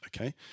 okay